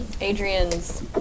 Adrian's